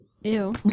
Ew